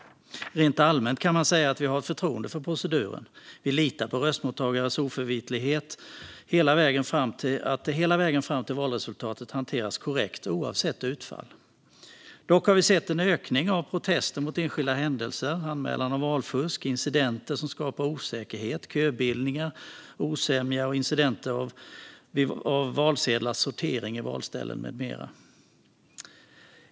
Rent allmänt kan man säga att vi har förtroende för proceduren. Vi litar på röstmottagares oförvitlighet och på att det hela vägen fram till valresultatet hanteras korrekt, oavsett utfall. Dock har vi sett en ökning av protester mot enskilda händelser, anmälningar om valfusk, incidenter som skapar osäkerhet, köbildningar, osämja, incidenter vid valsedlars sortering på valställen med mera.